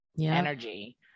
energy